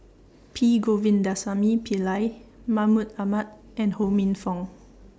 P Govindasamy Pillai Mahmud Ahmad and Ho Minfong